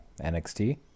NXT